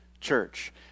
church